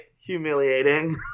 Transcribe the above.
humiliating